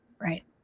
Right